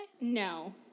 No